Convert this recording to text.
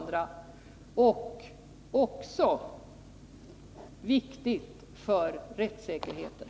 Det är också viktigt för rättssäkerheten.